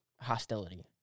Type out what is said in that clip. hostility